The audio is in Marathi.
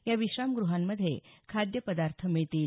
या विश्रामगृहांमध्ये खाद्य पदार्थ मिळतील